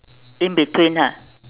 in between ha